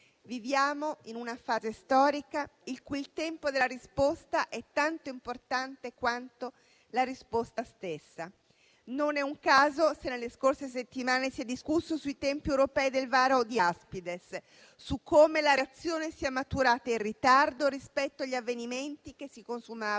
Viviamo in una fase storica il cui il tempo della risposta è tanto importante quanto la risposta stessa. Non è un caso se nelle scorse settimane si è discusso sui tempi europei del varo di Aspides, su come la reazione sia maturata in ritardo rispetto agli avvenimenti che si consumavano